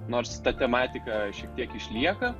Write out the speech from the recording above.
nors ta tematika šiek tiek išlieka